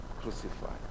crucified